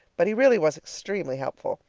but he really was extremely helpful.